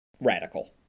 radical